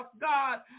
God